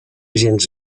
gens